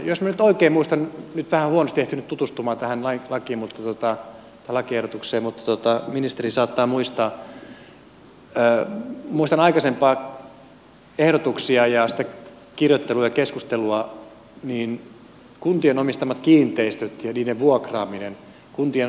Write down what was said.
jos minä nyt oikein muistan nyt olen vähän huonosti ehtinyt tutustua tähän lakiehdotukseen mutta ministeri saattaa muistaa aikaisempia ehdotuksia ja sitä kirjoittelua ja keskustelua niin kuntien omistamien yhtiöiden omistamat kiinteistöt ja niiden vuokraaminen kuntien